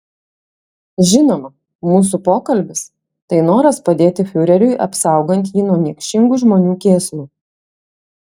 žinoma mūsų pokalbis tai noras padėti fiureriui apsaugant jį nuo niekšingų žmonių kėslų